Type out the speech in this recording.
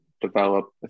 develop